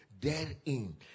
Therein